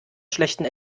schlechten